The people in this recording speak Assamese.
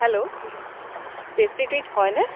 হেল্ল' টেষ্টি ট্ৰিট হয়নে